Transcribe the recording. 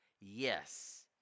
Yes